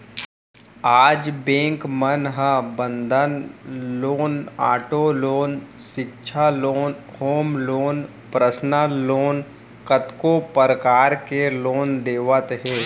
आज बेंक मन ह बंधक लोन, आटो लोन, सिक्छा loan, home loan, personal loan कतको परकार ले लोन देवत हे